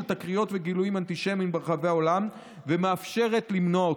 תקריות וגילויים אנטישמיים ברחבי העולם ומאפשרת למנוע אותם.